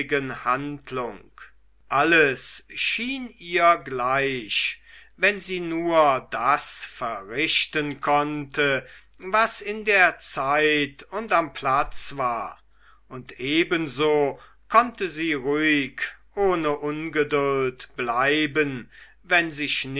handlung alles schien ihr gleich wenn sie nur das verrichten konnte was in der zeit und am platz war und ebenso konnte sie ruhig ohne ungeduld bleiben wenn sich